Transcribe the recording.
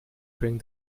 bring